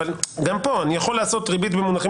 גם פה אני יכול לעשות "ריבית במונחים